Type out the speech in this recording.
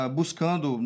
buscando